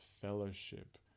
fellowship